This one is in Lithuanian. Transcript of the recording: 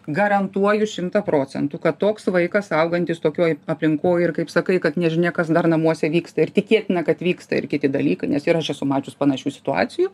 garantuoju šimtą procentų kad toks vaikas augantis tokioj aplinkoj ir kaip sakai kad nežinia kas dar namuose vyksta ir tikėtina kad vyksta ir kiti dalykai nes ir aš esu mačius panašių situacijų